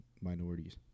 minorities